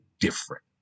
different